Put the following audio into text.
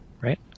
right